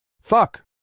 Fuck